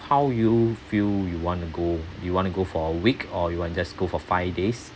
how you feel you want to go you want to go for a week or you want just go for five days